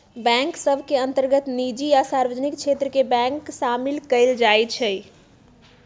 bank सभ के अंतर्गत निजी आ सार्वजनिक क्षेत्र के बैंक सामिल कयल जाइ छइ